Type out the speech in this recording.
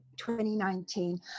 2019